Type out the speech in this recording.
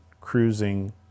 cruising